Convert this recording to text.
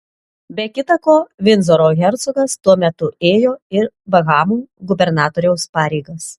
be kita ko vindzoro hercogas tuo metu ėjo ir bahamų gubernatoriaus pareigas